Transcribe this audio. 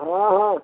ହଁ ହଁ